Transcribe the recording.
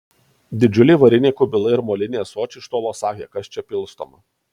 didžiuliai variniai kubilai ir moliniai ąsočiai iš tolo sakė kas čia pilstoma